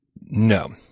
No